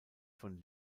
von